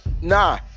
nah